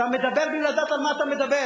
אתה מדבר בלי לדעת על מה אתה מדבר.